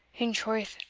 in troth,